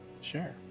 Sure